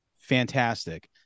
Fantastic